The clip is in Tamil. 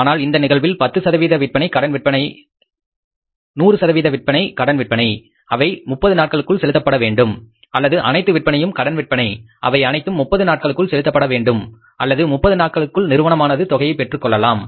ஆனால் இந்த நிகழ்வில் 100 சதவீத விற்பனை கடன் விற்பனை அவை 30 நாட்களுக்குள் செலுத்தப்பட வேண்டும் அல்லது அனைத்து விற்பனையும் கடன் விற்பனை அவை அனைத்தும் 30 நாட்களுக்குள் செலுத்தப்பட வேண்டும் அல்லது 30 நாட்களுக்குள் நிறுவனமானது தொகையை பெற்றுக்கொள்ளலாம்